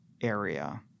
area